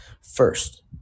first